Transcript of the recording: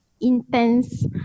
intense